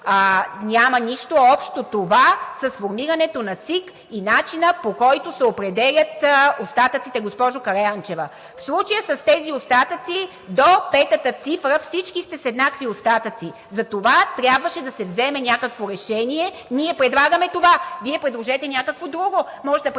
Няма нищо общо това с формирането на ЦИК и начина, по който се определят остатъците, госпожо Караянчева. В случая с тези остатъци – до петата цифра всички сте с еднакви остатъци, затова трябваше да се вземе някакво решение. Ние предлагаме това. Вие предложете някакво друго.